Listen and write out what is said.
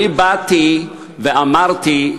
אני באתי ואמרתי: